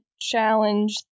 challenge